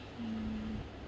mm